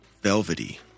Velvety